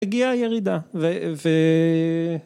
הגיעה הירידה